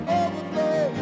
overflow